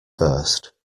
first